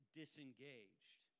disengaged